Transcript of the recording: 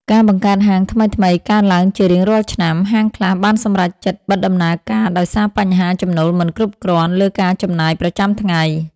ការបង្កើតហាងថ្មីៗកើនឡើងជារៀងរាល់ឆ្នាំ ហាងខ្លះបានសម្រេចចិត្តបិទដំណើរការដោយសារបង្ហាញចំណូលមិនគ្រប់គ្រាន់លើការចំណាយប្រចាំថ្ងៃ។